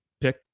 pick